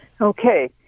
Okay